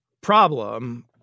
problem